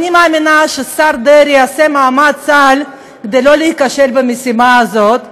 אני מאמינה שהשר דרעי יעשה מאמץ-על כדי לא להיכשל במשימה הזאת,